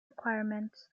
requirements